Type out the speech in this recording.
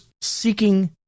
seeking